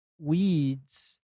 weeds